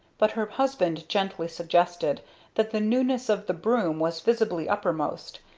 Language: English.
but her husband gently suggested that the newness of the broom was visibly uppermost,